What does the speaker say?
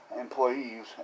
employees